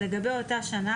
לגבי אותה שנה,